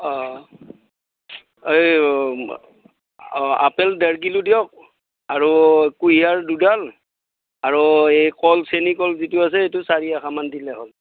অ এই অ আপেল ডেৰ কিলো দিয়ক আৰু কুহিয়াৰ দুডাল আৰু এই কল চেনীকল যিটো আছে সেইটো চাৰি আষিমান দিলে হ'ল